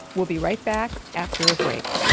we'll be right back after a break.